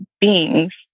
beings